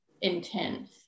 intense